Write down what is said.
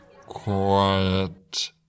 quiet